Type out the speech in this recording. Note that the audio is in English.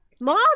mom